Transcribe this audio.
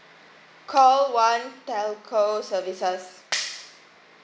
call one telco services